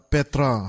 Petra